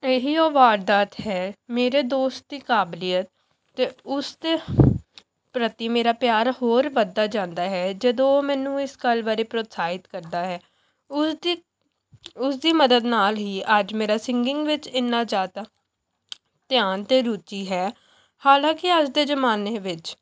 ਇਹੀ ਉਹ ਵਾਰਦਾਤ ਹੈ ਮੇਰੇ ਦੋਸਤ ਦੀ ਕਾਬਲੀਅਤ ਅਤੇ ਉਸਦੇ ਪ੍ਰਤੀ ਮੇਰਾ ਪਿਆਰ ਹੋਰ ਵੱਧਦਾ ਜਾਂਦਾ ਹੈ ਜਦੋਂ ਉਹ ਮੈਨੂੰ ਇਸ ਗੱਲ ਬਾਰੇ ਪ੍ਰੋਤਸਾਹਿਤ ਕਰਦਾ ਹੈ ਉਸਦੀ ਉਸਦੀ ਮਦਦ ਨਾਲ਼ ਹੀ ਅੱਜ ਮੇਰਾ ਸਿੰਗਿੰਗ ਵਿੱਚ ਇੰਨਾ ਜ਼ਿਆਦਾ ਧਿਆਨ ਅਤੇ ਰੁਚੀ ਹੈ ਹਾਲਾਂਕਿ ਅੱਜ ਦੇ ਜ਼ਮਾਨੇ ਵਿੱਚ